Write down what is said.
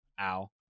Ow